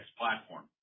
platform